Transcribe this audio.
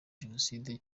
jenoside